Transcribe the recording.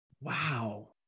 Wow